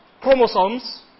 chromosomes